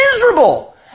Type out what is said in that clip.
miserable